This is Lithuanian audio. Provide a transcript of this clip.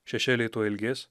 šešėliai tuoj ilgės